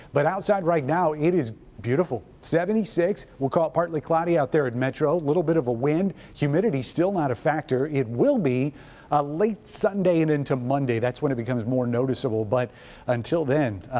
but outside right now, it is beautiful, seventy six, we'll call it partly cloudy out there at metro. a little bit of a wind. humidity still not a factor. it will be ah late sunday and into monday, that's when it becomes more noticeable. but until again,